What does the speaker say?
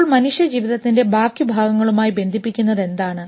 അപ്പോൾ മനുഷ്യജീവിതത്തിൻറെ ബാക്കി ഭാഗങ്ങളുമായി ബന്ധിപ്പിക്കുന്നതെന്താണ്